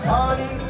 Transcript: Party